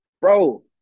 bro –